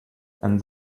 and